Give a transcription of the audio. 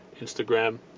Instagram